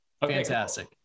Fantastic